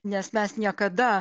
nes mes niekada